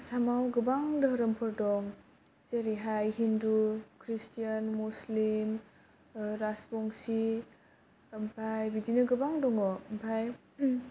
आसामाव गोबां दोहोरोमफोर दं जेरैहाय हिन्दु खृस्थान मुस्लिम राजबंसि आमफ्राय बिदिनो गोबां दङ आमफाय